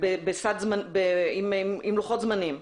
עם לוחות זמנים?